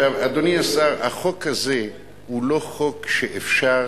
אדוני השר, החוק הזה הוא לא חוק שאפשר